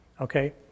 okay